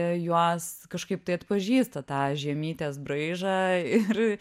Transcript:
juos kažkaip tai atpažįsta tą žemytės braižą ir